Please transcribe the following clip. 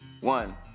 one